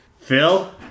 Phil